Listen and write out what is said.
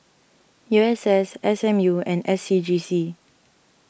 U S S S M U and S C G C